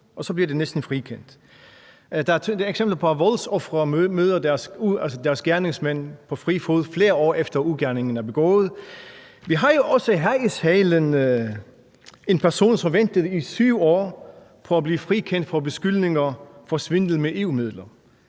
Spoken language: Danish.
og så bliver de næsten frikendt. Der er eksempler på, at voldsofre møder deres gerningsmænd på fri fod, flere år efter at ugerningen er begået. Vi har jo også her i salen en person, som ventede i 7 år på at blive frikendt for beskyldninger om svindel med EU-midler,